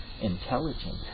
intelligent